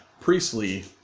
Priestley